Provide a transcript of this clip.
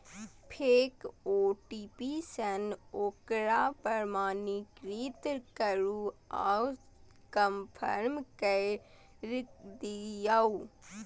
फेर ओ.टी.पी सं ओकरा प्रमाणीकृत करू आ कंफर्म कैर दियौ